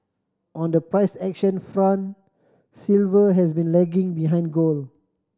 on the price action front silver has been lagging behind gold